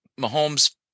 Mahomes